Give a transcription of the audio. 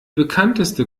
bekannteste